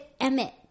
Emmet